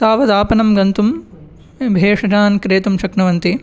तावद् आपणं गन्तुं भेषजान् क्रेतुं शक्नुवन्ति